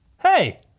Hey